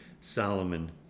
Solomon